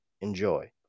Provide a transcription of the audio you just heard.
Enjoy